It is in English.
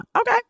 okay